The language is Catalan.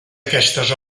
aquestes